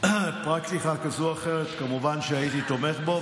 בפרקטיקה כזו או אחרת כמובן שהייתי תומך בו,